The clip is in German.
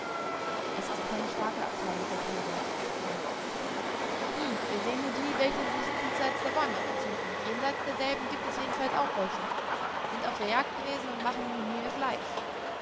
es ist keine starke abteilung der kiowas bemerkte ich hm wir sehen nur die welche sich diesseits der bäume befinden jenseits derselben gibt es jedenfalls auch welche sind auf der jagd gewesen und machen nun hier ihr fleisch